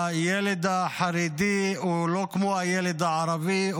הילד החרדי הוא לא כמו הילד הערבי,